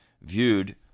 viewed